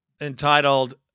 entitled